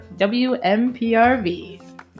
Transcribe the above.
WMPRV